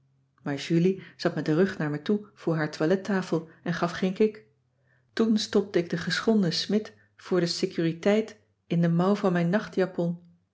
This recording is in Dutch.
maar julie zat met den rug naar me toe voor haar toilettafel en gaf geen kik toen stopte ik den geschonden smidt voor de securiteit in de mouw van mijn nachtjapon